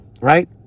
right